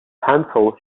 handful